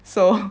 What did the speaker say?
so